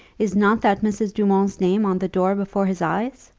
is not that mrs. dumont's name on the door before his eyes?